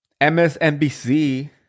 MSNBC